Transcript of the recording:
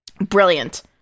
brilliant